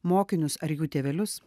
mokinius ar jų tėvelius